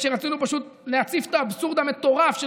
כשרצינו פשוט להציף את האבסורד המטורף של